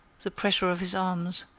the pressure of his arms,